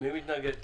מי מתנגד?